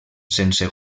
sense